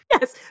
Yes